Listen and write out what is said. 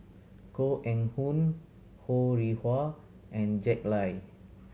Koh Eng Hoon Ho Rih Hwa and Jack Lai